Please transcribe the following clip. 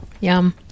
Yum